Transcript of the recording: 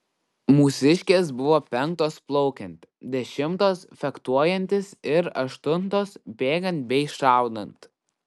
mūsiškės buvo penktos plaukiant dešimtos fechtuojantis ir aštuntos bėgant bei šaudant